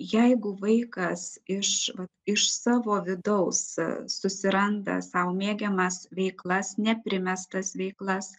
jeigu vaikas iš vat iš savo vidaus susiranda sau mėgiamas veiklas neprimestas veiklas